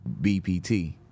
BPT